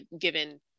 given